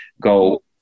go